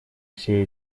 все